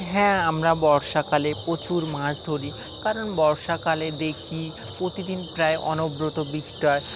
হ্যাঁ আমরা বর্ষাকালে প্রচুর মাছ ধরি কারণ বর্ষাকালে দেখি প্রতিদিন প্রায় অনবরত বৃষ্টি হয়